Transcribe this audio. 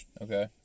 Okay